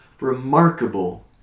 remarkable